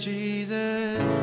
Jesus